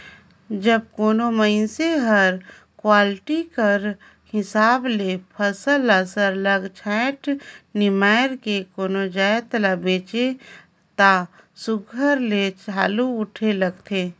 जब कोनो मइनसे हर क्वालिटी कर हिसाब ले फसल ल सरलग छांएट निमाएर के कोनो जाएत ल बेंचथे ता सुग्घर ले हालु उठे लगथे